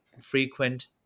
frequent